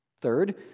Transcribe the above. Third